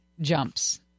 jumps